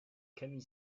camille